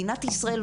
מדינת ישראל,